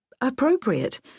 appropriate